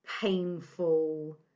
painful